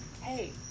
hey